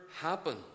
happen